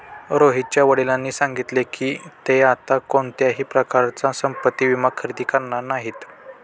रोहितच्या वडिलांनी सांगितले की, ते आता कोणत्याही प्रकारचा संपत्ति विमा खरेदी करणार नाहीत